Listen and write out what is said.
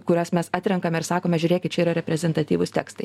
kuriuos mes atrenkame ir sakome žiūrėkit čia yra reprezentatyvūs tekstai